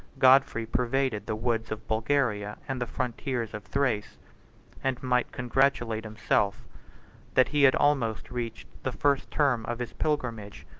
godfrey pervaded the woods of bulgaria and the frontiers of thrace and might congratulate himself that he had almost reached the first term of his pilgrimage,